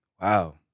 Wow